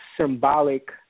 symbolic